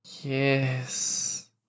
Yes